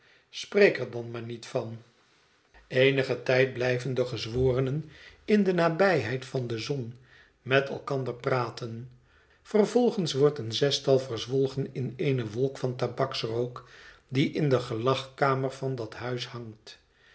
spreek er dan maar niet van eenigen tijd blijven de gezworenen in de nabijheid van de zon met elkander praten vervolgens wordt een zestal verzwolgen in eene wolk van tabaks rook die in de gclagkamer van dat huis hangt